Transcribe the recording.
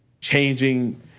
changing